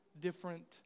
different